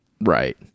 Right